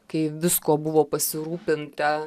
kai viskuo buvo pasirūpinta